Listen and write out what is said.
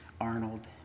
Arnold